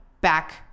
back